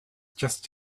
just